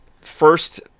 first